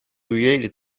related